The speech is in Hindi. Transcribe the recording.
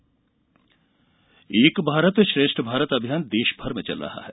एक भारत श्रेष्ठ भारत एक भारत श्रेष्ठ भारत अभियान देश भर में चल रहा है